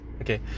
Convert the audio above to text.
Okay